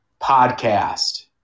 podcast